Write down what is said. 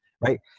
Right